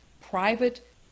private